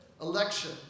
election